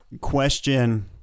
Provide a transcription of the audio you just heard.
question